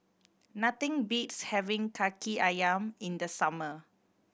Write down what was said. nothing beats having Kaki Ayam in the summer